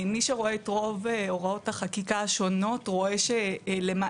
מי שרואה את רוב הוראות החקיקה השונות, רואה שלמעט